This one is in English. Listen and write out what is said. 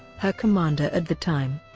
her commander at the time,